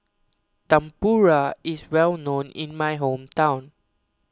Tempura is well known in my hometown